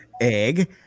Egg